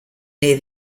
near